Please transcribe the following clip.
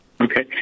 Okay